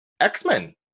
X-Men